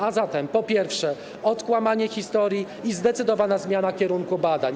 A zatem, po pierwsze, odkłamanie historii i zdecydowana zmiana kierunku badań.